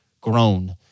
grown